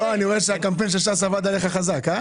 רואה שהקמפיין של ש"ס עבד עליך חזק.